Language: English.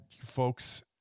folks